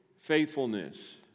Faithfulness